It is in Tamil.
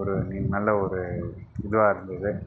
ஒரு நல்ல ஒரு இதுவாகருந்துது